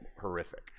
horrific